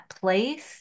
place